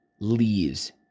leaves